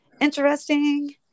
interesting